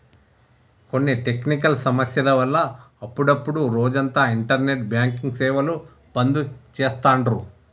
కొన్ని టెక్నికల్ సమస్యల వల్ల అప్పుడప్డు రోజంతా ఇంటర్నెట్ బ్యాంకింగ్ సేవలు బంద్ చేత్తాండ్రు